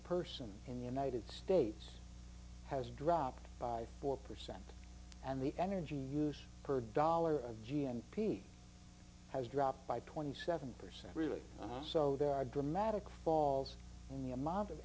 person in the united states has dropped by four percent and the energy use per dollar of g n p has dropped by twenty seven percent really so there are dramatic falls in the amount of